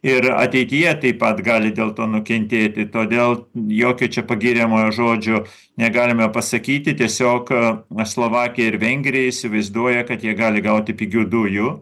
ir ateityje taip pat gali dėl to nukentėti todėl jokio čia pagiriamojo žodžio negalime pasakyti tiesiog na slovakija ir vengrija įsivaizduoja kad jie gali gauti pigių dujų